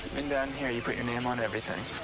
and um here, you put your name on everything.